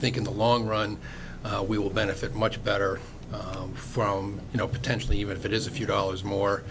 think in the long run we will benefit much better from you know potentially even if it is a few dollars more